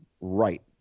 right